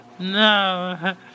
No